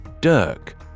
Dirk